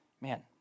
Man